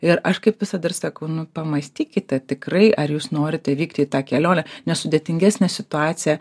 ir aš kaip visada ir sakau nu pamąstykite tikrai ar jūs norite vykti į tą kelionę nes sudėtingesnė situacija